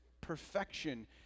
perfection